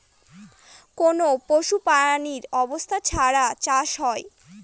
কোনো পশু প্রাণীর অবস্থান ছাড়া চাষ হয়